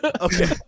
Okay